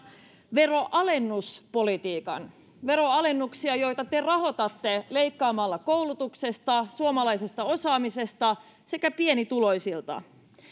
veroalennuspolitiikan veroalennuksia joita te rahoitatte leikkaamalla koulutuksesta suomalaisesta osaamisesta sekä pienituloisilta